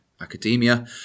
academia